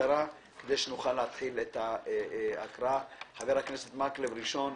בקצרה כדי שנוכל להתחיל את ההקראה חבר הכנסת מקלב ראשון,